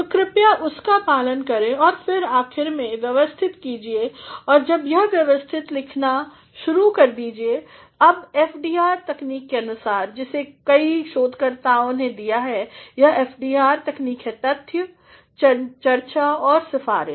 तो कृपया उसका पालन करें और फिर आखिर में व्यवस्थित कीजिए और जब यह व्यवस्थित है लिखना शुरू कीजिए अबFDRतकनीक के अनुसार जिसे कई शोधकर्ताओं ने दिया है यहFDRतकनीक है तथ्य चर्चा और सिफारिश